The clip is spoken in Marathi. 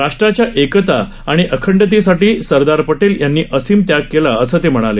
राष्ट्राच्या एकता आणि अखंडतेसाठी सरदार पटेल यांनी असीम त्याग केला असं ते म्हणाले